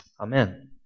Amen